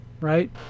right